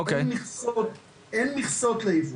אין מכסות לייבוא.